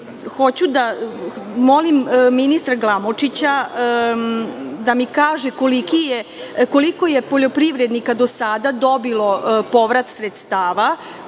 proizvodnju. Molim ministra Glamočića da mi kaže koliko je poljoprivrednika do sada dobilo povrat sredstava,